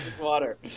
water